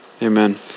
Amen